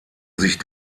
sich